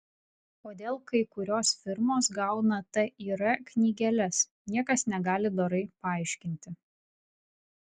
kodėl kai kurios firmos gauna tir knygeles niekas negali dorai paaiškinti